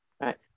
right